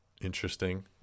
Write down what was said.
interesting